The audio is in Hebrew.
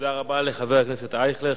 תודה רבה לחבר הכנסת אייכלר.